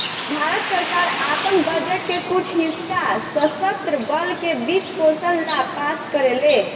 भारत सरकार आपन बजट के कुछ हिस्सा सशस्त्र बल के वित्त पोषण ला पास करेले